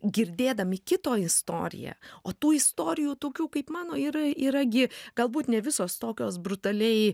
girdėdami kito istoriją o tų istorijų tokių kaip mano yra yra gi galbūt ne visos tokios brutaliai